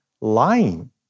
lying